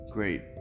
Great